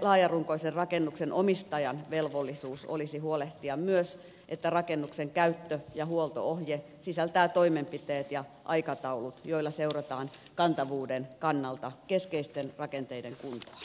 laajarunkoisen rakennuksen omistajan velvollisuus olisi huolehtia myös että rakennuksen käyttö ja huolto ohje sisältää toimenpiteet ja aikataulut joilla seurataan kantavuuden kannalta keskeisten rakenteiden kuntoa